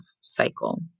cycle